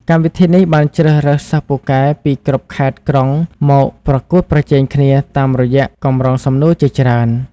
កម្មវិធីនេះបានជ្រើសរើសសិស្សពូកែពីគ្រប់ខេត្ត-ក្រុងមកប្រកួតប្រជែងគ្នាតាមរយៈកម្រងសំណួរជាច្រើន។